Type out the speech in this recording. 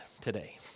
today